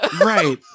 right